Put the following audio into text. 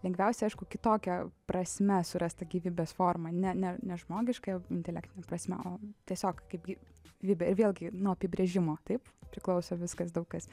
lengviausia aišku kitokia prasme surasti gyvybės formą ne ne žmogiška intelektine prasme o tiesiog kaip gyvybę ir vėlgi nuo apibrėžimo taip priklauso viskas daug kas